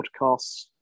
podcasts